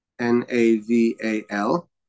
N-A-V-A-L